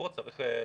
פה צריך לתקן.